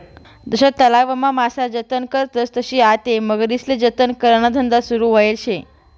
जशा तलावमा मासा जतन करतस तशी आते मगरीस्ले जतन कराना धंदा सुरू व्हयेल शे